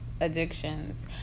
addictions